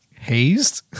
hazed